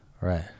right